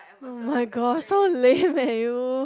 oh-my-god so lame eh you